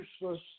useless